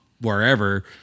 wherever